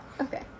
okay